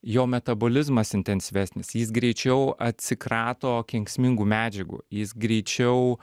jo metabolizmas intensyvesnis jis greičiau atsikrato kenksmingų medžiagų jis greičiau